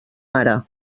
mare